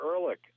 Ehrlich